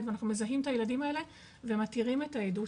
ואנחנו מזהים את הילדים האלה ומתירים את העדות